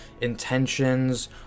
intentions